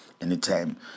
Anytime